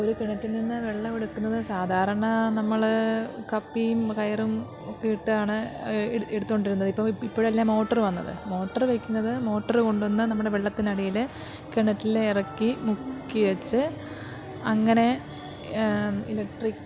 ഒരു കിണറ്റിൽ നിന്ന് വെള്ളം എടുക്കുന്നത് സാധാരണ നമ്മൾ കപ്പിയും കയറും ഒക്കെ ഇട്ടാണ് എടുത്തോണ്ടിരുന്നത് ഇപ്പോഴല്ലേ മോട്ടറ് വന്നത് മോട്ടറ് വയ്ക്കുന്നത് മോട്ടറ് കൊണ്ട് വന്ന് നമ്മുടെ വെള്ളത്തിനടിയിൽ കിണറ്റിൽ ഇറക്കി മുക്കി വച്ച് അങ്ങനെ ഇലക്ട്രിക്ക്